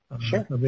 sure